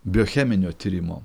biocheminio tyrimo